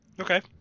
Okay